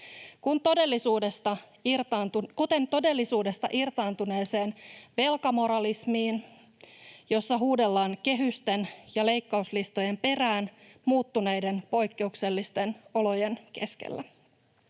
kuten todellisuudesta irtaantuneeseen velkamoralismiin, jossa huudellaan kehysten ja leik-kauslistojen perään, muuttuneiden, poikkeuksellisten olojen keskellä.